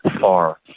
far